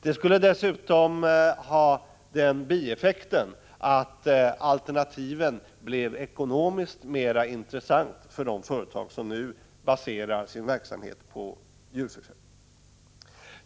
Det skulle dessutom ha den bieffekten att alternativen blev ekonomiskt mer intressanta för de företag som nu baserar sin verksamhet på djurförsök.